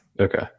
Okay